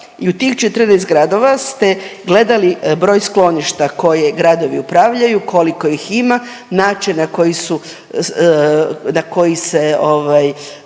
i u tih 14 gradova ste gledali broj skloništa koje gradovi upravljaju, koliko ih ima, način na koji su,